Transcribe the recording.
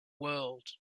world